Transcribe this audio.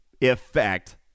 effect